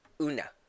Una